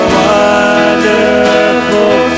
wonderful